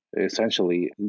essentially